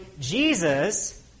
Jesus